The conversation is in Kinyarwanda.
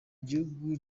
gihugu